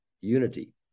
unity